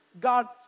God